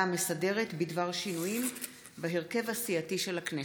המסדרת בדבר שינויים בהרכב הסיעתי של הכנסת.